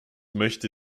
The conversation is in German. möchte